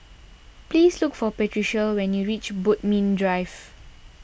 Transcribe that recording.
please look for Patricia when you reach Bodmin Drive